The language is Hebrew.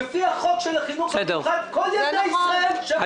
לפי חוק החינוך המיוחד כל ילדי ישראל שווים.